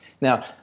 Now